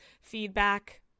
feedback